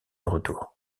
retour